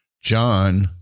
John